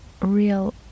real